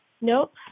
Nope